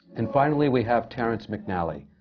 and finally, we have terrence mcnally,